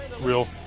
Real